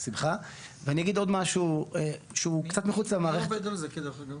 אנחנו לא ידענו שזה פתוח, הדיונים שלכם